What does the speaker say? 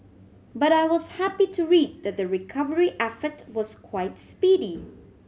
but I was happy to read that the recovery effort was quite speedy